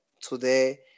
today